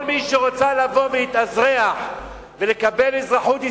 כל מי שרוצה לבוא להתאזרח ולקבל אזרחות ישראלית,